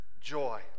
joy